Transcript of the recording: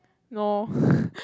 no